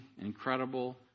incredible